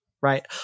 right